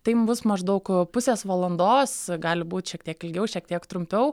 tai bus maždaug pusės valandos gali būt šiek tiek ilgiau šiek tiek trumpiau